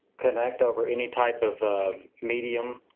connect over any type of medium.